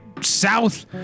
south